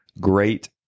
Great